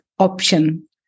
option